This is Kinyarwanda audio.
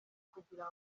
kugira